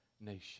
nation